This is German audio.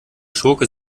schurke